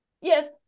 Yes